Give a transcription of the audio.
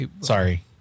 Sorry